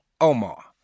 Omar